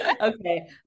Okay